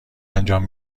انجام